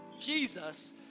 Jesus